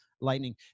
lightning